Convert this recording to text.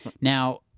Now